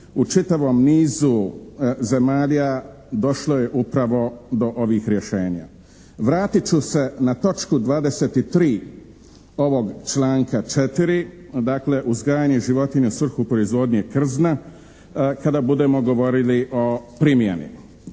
U čitavom nizu zemalja došlo je upravo do ovih rješenja. Vratit ću se na točku 23. ovog članka 4., dakle uzgajanje životinja u svrhu proizvodnje krzna kada budemo govorili o primjeni.